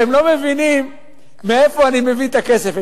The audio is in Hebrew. הם לא מבינים, כולם, מאיפה אני מביא את הכסף.